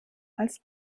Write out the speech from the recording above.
als